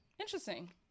Interesting